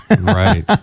Right